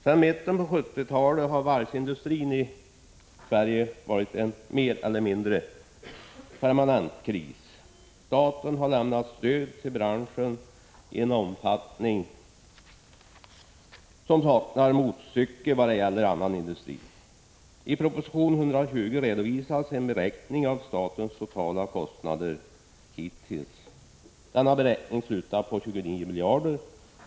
Sedan mitten av 1970-talet har varvsindustrin i Sverige varit i mer eller mindre permanent kris. Staten har lämnat stöd till branschen i en omfattning 17 som saknar motstycke när det gäller annan industri. I proposition 120 redovisas en beräkning av statens totala kostnader hittills. Denna beräkning slutar på 29 miljarder.